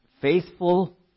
faithful